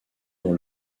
dans